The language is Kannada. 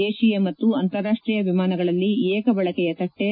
ದೇಶೀಯ ಮತ್ತು ಅಂತಾರಾಷ್ಲೀಯ ವಿಮಾನಗಳಲ್ಲಿ ಏಕಬಳಕೆಯ ತಟ್ಲೆ